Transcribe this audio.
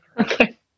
Okay